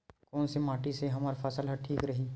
कोन से माटी से हमर फसल ह ठीक रही?